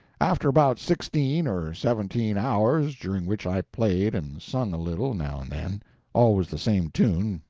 after about sixteen or seventeen hours, during which i played and sung a little, now and then always the same tune,